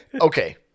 Okay